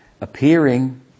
appearing